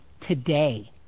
today